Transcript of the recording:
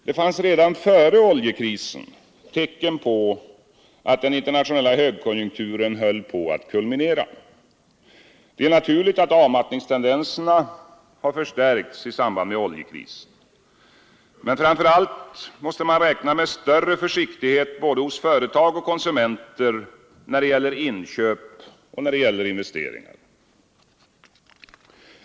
Det fanns redan före oljekrisen tecken på att den internationella högkonjunkturen höll på att kulminera. Det är naturligt att avmattningstendenserna har förstärkts i samband med oljekrisen. Men framför allt måste man räkna med större försiktighet hos både företag och konsumenter när det gäller inköp och investeringar.